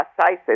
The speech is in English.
sizes